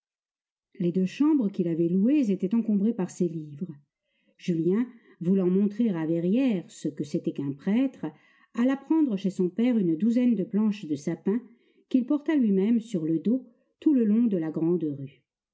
les deux chambres qu'il avait louées étaient encombrées par ses livres julien voulant montrer à verrières ce que c'était qu'un prêtre alla prendre chez son père une douzaine de planches de sapin qu'il porta lui même sur le dos tout le long de la grande rue